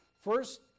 First